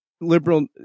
liberal